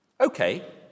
okay